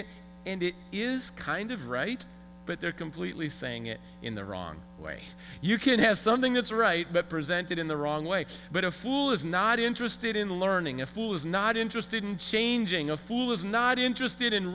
it and it is kind of right but they're completely saying it in the wrong way you can have something that's right but presented in the wrong way but a fool is not interested in learning a fool is not interested in changing a fool is not interested in